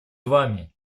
вами